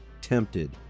tempted